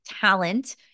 talent